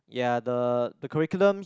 ya the the curriculum